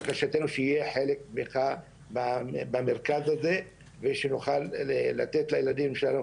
בקשתנו שתהיה חלק בתמיכת המרכז הזה ושנוכל לתת לילדים שלנו